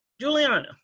Juliana